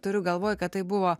turiu galvoj kad tai buvo